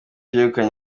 yegukanye